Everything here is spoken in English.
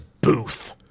Booth